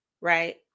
right